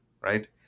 Right